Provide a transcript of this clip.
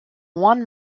one